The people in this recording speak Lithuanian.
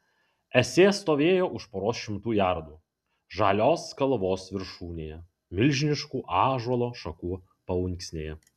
esė stovėjo už poros šimtų jardų žalios kalvos viršūnėje milžiniškų ąžuolo šakų paunksnėje